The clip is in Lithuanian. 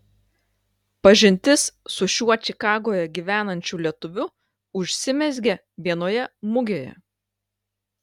pažintis su šiuo čikagoje gyvenančiu lietuviu užsimezgė vienoje mugėje